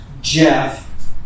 Jeff